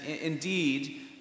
indeed